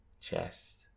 Chest